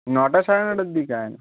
নটা সাড়ে নটার দিকে আয় না